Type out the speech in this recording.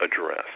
address